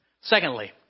Secondly